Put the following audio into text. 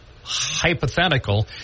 hypothetical